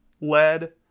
lead